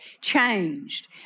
changed